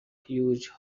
huge